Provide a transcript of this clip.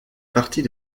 partie